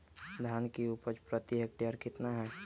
धान की उपज प्रति हेक्टेयर कितना है?